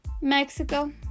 Mexico